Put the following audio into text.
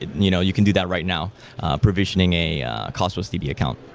you know you can do that right now provisioning a cosmos db account.